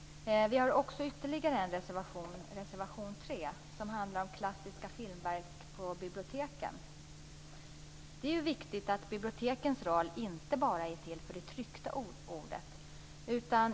Vänsterpartiet har ytterligare en reservation, nr 3, som handlar om klassiska filmverk på biblioteken. Det är viktigt att bibliotekens roll inte bara är till för det tryckta ordet.